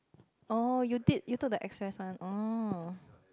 oh you did you took the express one oh